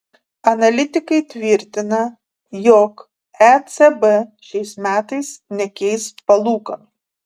analitikai tvirtina jog ecb šiais metais nekeis palūkanų